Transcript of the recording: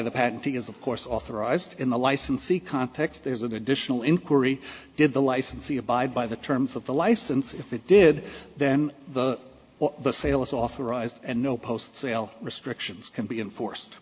the patentee is of course authorized in the licensee context there's an additional inquiry did the licensee abide by the terms of the license if it did then the the sale is authorized and no post sale restrictions can be enforced